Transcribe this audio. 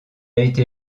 été